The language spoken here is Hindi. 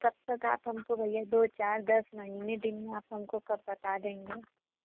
कब तक आप हमको भैया दो चार दस महीने दिन में आप हमको कब बता देंगे